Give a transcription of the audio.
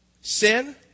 Sin